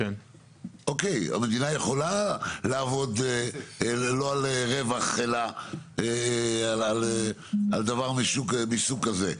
המדינה יכולה לעבוד לא על רווח אלא על דבר מסוג כזה.